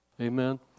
Amen